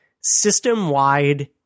system-wide